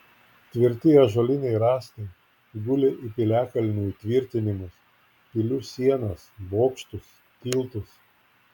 tvirti ąžuoliniai rąstai gulė į piliakalnių įtvirtinimus pilių sienas bokštus tiltus